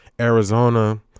Arizona